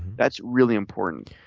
that's really important.